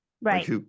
right